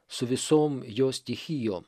su visom jo stichijo